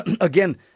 again